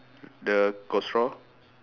the got straw